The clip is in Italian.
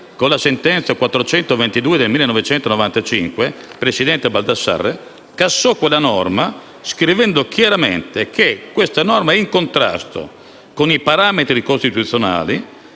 con la sentenza n. 422 del 1995 (presidente Baldassarre), cassò quella norma, scrivendo chiaramente che essa era in contrasto con i parametri costituzionali,